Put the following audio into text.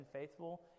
faithful